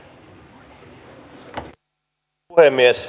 arvoisa puhemies